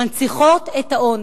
מנציחות את העוני.